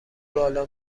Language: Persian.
بالا